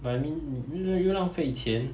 but I mean 又浪费钱